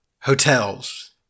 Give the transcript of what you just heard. hotels